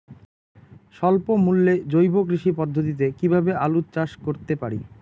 স্বল্প মূল্যে জৈব কৃষি পদ্ধতিতে কীভাবে আলুর চাষ করতে পারি?